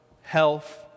health